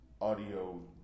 audio